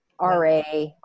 RA